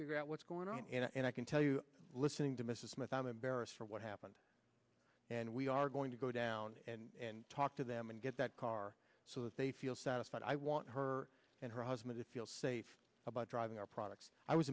figure out what's going on and i can tell you listening to mrs smith i'm embarrassed for what happened and we are going to go down and talk to them and get that car so that they feel satisfied i want her and her husband to feel safe about driving our products i was